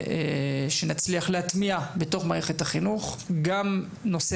שנצליח להטמיע בתוך מערכת החינוך גם נושא